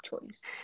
choice